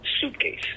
suitcase